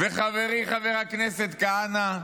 וחברי חבר הכנסת כהנא,